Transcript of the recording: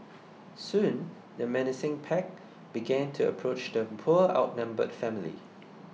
soon the menacing pack began to approach the poor outnumbered family